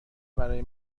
برای